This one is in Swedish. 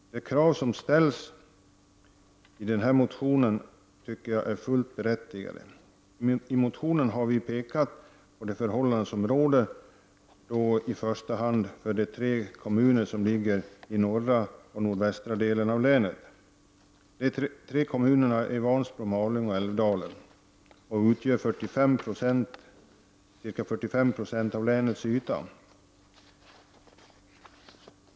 De krav som ställs i den motionen tycker jag är fullt berättigade. I motionen har vi pekat på de förhållanden som råder, då i första hand för de tre kommuner som ligger i norra och nordvästra delen av länet. De tre kommunerna är Vansbro, Malung och Älvdalen, och de utgör ca 45 96 av länets yta.